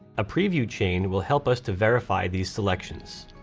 a preview chain will help us to verify these selections.